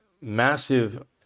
massive